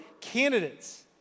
candidates